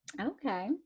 Okay